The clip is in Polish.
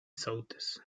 sołtys